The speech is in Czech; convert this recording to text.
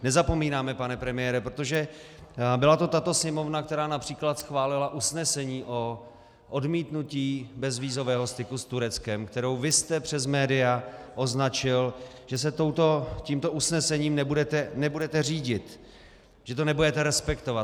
Nezapomínáme, pane premiére, protože byla to tato Sněmovna, která např. schválila usnesení o odmítnutí bezvízového styku s Tureckem, kterou jste vy přes média označil, že se tímto usnesením nebudete řídit, že to nebudete respektovat.